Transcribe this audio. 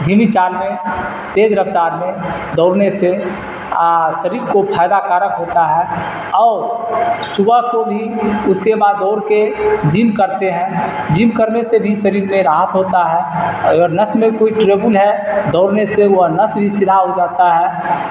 دھیمی چال میں تیز رفتار میں دوڑنے سے شریر کو فائدہ کارک ہوتا ہے اور صبح کو بھی اس کے بعد دوڑ کے جم کرتے ہیں جم کرنے سے بھی شریر میں راحت ہوتا ہے اور نس میں کوئی ٹریبول ہے دوڑنے سے وہ نس بھی سیدھا ہو جاتا ہے